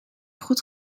goed